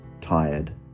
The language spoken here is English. Tired